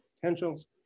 potentials